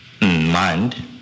mind